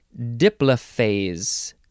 diplophase